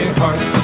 heart